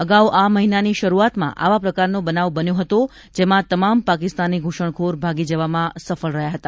અગાઉ આ મહિનાની શરૂઆતમાં આવા પ્રકારનો બનાવ બન્યો હતો જેમાં તમામ પાકિસ્તાની ઘુસણખોર ભાગી જવામાં સફળ રહ્યા હતા